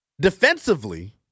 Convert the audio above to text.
Defensively